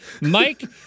Mike